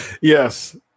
Yes